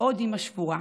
עוד אימא שבורה,